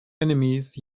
enemies